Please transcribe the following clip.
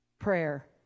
prayer